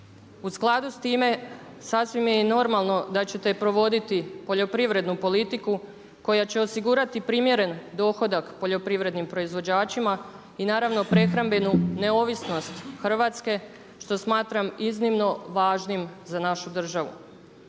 U skladu s time sasvim je normalno da ćete provoditi poljoprivrednu politiku koja će osigurati primjeren dohodak poljoprivrednim proizvođačima i naravno prehrambenu neovisnost Hrvatske što smatram iznimno važnim za našu državu.